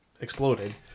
exploded